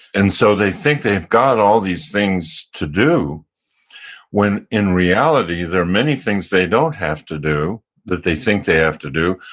and so they think they've got all these things to do when, in reality, there are many things they don't have to do that they think they have to do,